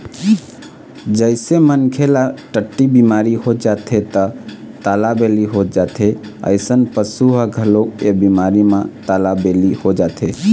जइसे मनखे ल टट्टी बिमारी हो जाथे त तालाबेली हो जाथे अइसने पशु ह घलोक ए बिमारी म तालाबेली हो जाथे